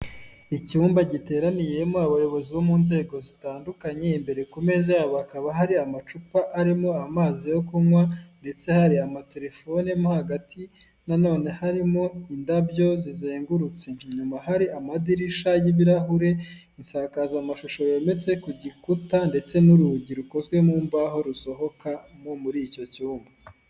Icyumba giteraniyemo abayobozi bo mu nzego zitandukanye, imbere ku meza yabo hakaba hari amacupa arimo amazi yo kunywa ndetse hari amatelefone mo hagati, na none harimo indabyo zizengurutse inyuma, hari amadirishya y'ibirahure, isakazamashusho yometse ku gikuta ndetse n'urugi rukozwe mu mbaho, rusohokamo muri icyo cyumba.